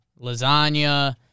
Lasagna